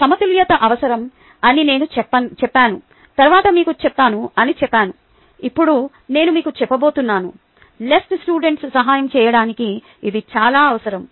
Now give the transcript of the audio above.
సమతుల్యత అవసరం అని నేను చెప్పాను తరువాత మీకు చెప్తాను అని చెప్పాను ఇప్పుడు నేను మీకు చెప్పబోతున్నాను లెఫ్ట్ స్టూడెంట్స్ సహాయం చేయడానికి ఇది చాలా అవసరం